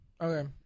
Okay